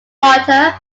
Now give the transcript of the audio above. carter